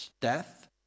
death